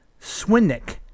Swinnick